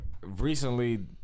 Recently